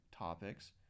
topics